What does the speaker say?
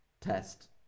test